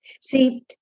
See